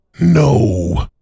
No